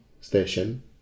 station